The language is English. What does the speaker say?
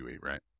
right